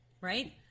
Right